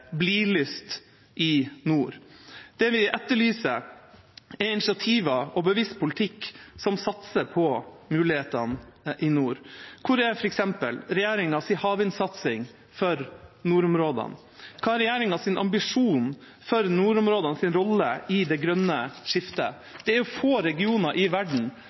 «bli-lyst» i nord. Det vi etterlyser, er initiativer og bevisst politikk som satser på mulighetene i nord. Hvor er f.eks. regjeringas havvindsatsing for nordområdene? Hva er regjeringas ambisjon for nordområdenes rolle i det grønne skiftet? Det er få regioner i verden